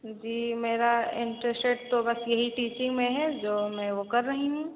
जी मेरा इन्ट्रस्टेड तो बस यही टीचिंग में है जो मैं वो कर रही हूँ